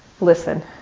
listen